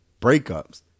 breakups